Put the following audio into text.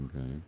Okay